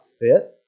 fit